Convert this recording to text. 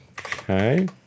Okay